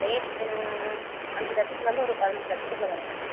rate அஞ்சு லட்சத்துலேருந்து ஒரு பதினஞ்சு லட்சத்துக்குள்ளே வருங்க